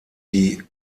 die